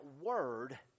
word